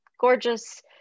gorgeous